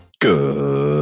Good